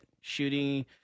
shooting